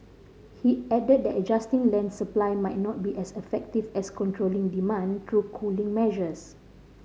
he added that adjusting land supply might not be as effective as controlling demand through cooling measures